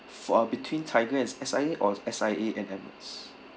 for our between Tiger and S_I_A or S_I_A and Emirates